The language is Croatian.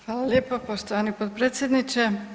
Hvala lijepo poštovani potpredsjedniče.